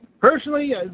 Personally